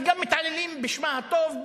וגם מתעללים בשמה הטוב,